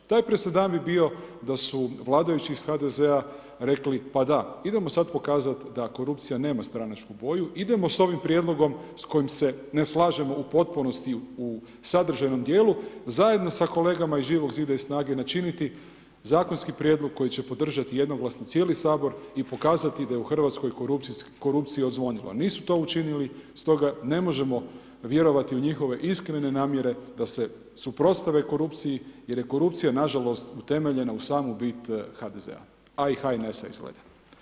Taj presedan bi bio da su vladajući iz HDZ.-a rekli pada, idemo sad pokazati da korupcija nema stranačku boju, idemo s ovim prijedlogom s kojim se ne slažemo u potpunosti u sadržajnom djelu, zajedno sa kolegama iz Živog zida i SNAGA-e načiniti zakonski prijedlog koji će podržati jednoglasno cijeli Sabor i pokazati da je u Hrvatskoj korupcija odzvonila, nisu to učinili, stoga ne možemo vjerovati u njihove iskrene namjere da se suprotstave korupciji jer je korupcija nažalost utemeljena u samu bit HDZ-a a i HNS-a, izgleda.